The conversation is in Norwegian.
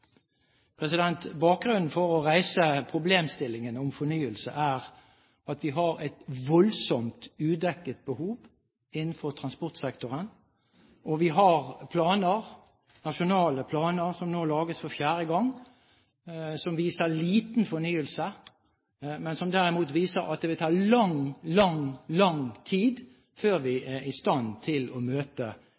greit. Bakgrunnen for å reise problemstillingen om fornyelse er at vi har et voldsomt udekket behov innenfor transportsektoren, og vi har nasjonale planer som nå lages for fjerde gang, som viser liten fornyelse, men som derimot viser at det vil ta lang, lang tid før vi er i stand til å møte